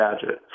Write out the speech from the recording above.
gadget